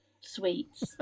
sweets